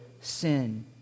sin